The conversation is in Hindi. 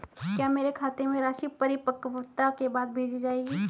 क्या मेरे खाते में राशि परिपक्वता के बाद भेजी जाएगी?